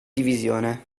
divisione